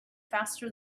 faster